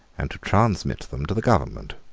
and to transmit them to the government.